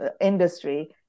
industry